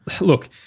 look